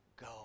go